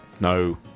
No